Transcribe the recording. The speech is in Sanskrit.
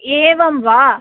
एवं वा